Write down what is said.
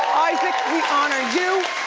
isaac, we honor you.